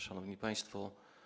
Szanowni Państwo!